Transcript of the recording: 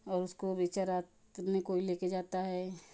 और उसको भी चराने कोई लेकर जाता है